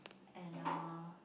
and uh